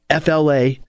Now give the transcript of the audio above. FLA